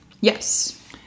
Yes